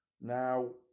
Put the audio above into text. Now